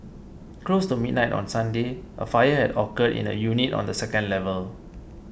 close to midnight on Sunday a fire had occurred in a unit on the second level